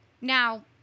Now